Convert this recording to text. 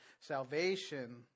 salvation